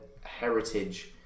heritage